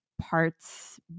parts